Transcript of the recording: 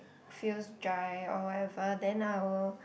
feels dry or whatever than I will